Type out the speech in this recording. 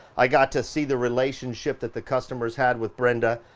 i got to see the relationship that the customers had with brenda,